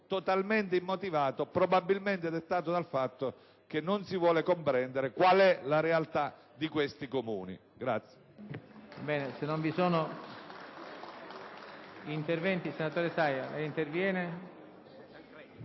totalmente immotivato, probabilmente dettato dal fatto che non si vuole comprendere qual ela realta di questi Comuni.